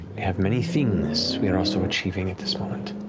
have many things we are also achieving at this moment.